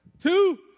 two